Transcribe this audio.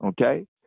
Okay